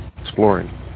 exploring